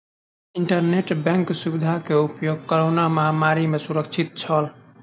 internet bank सुविधा के उपयोग कोरोना महामारी में सुरक्षित छल